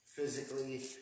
Physically